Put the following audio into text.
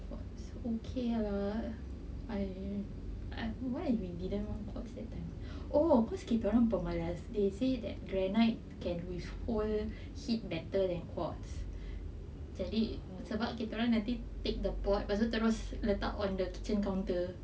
okay lah I why they didn't choose quartz that time oh cause kita orang pemalas they say that granite can withhold heat better than quartz jadi sebab kita nanti take the pot terus letak on the kitchen counter